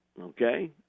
Okay